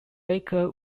baker